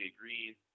Green